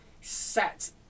set